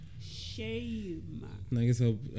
Shame